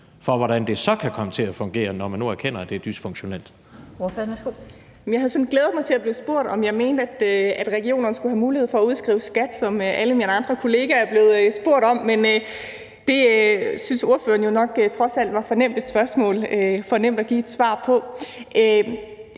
fg. formand (Annette Lind): Ordføreren, værsgo. Kl. 16:20 Mette Abildgaard (KF): Jeg havde sådan glædet mig til, at jeg blev spurgt, om jeg mente, at regionerne skulle have mulighed for at udskrive skat, som alle mine andre kollegaer er blevet spurgt om, men det syntes ordføreren jo nok trods alt var for nemt et spørgsmål og for nemt at give et svar på.